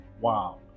wow